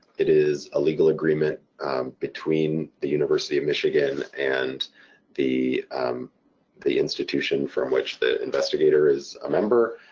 it is a legal agreement between the university of michigan and the um the institution from which the investigator is a member,